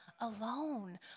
alone